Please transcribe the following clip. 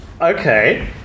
okay